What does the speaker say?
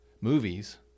movies